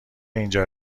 اینجا